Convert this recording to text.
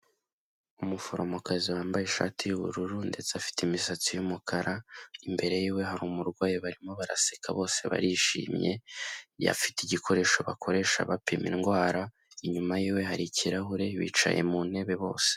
Umuforomokazi wambaye ishati y'ubururu ndetse afite imisatsi y'umukara, imbere yiwe hari umurwayi barimo baraseka bose barishimye, afite igikoresho bakoresha bapima indwara, inyuma yiwe hari ikirahure bicaye mu ntebe bose.